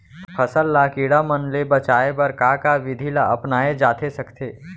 फसल ल कीड़ा मन ले बचाये बर का का विधि ल अपनाये जाथे सकथे?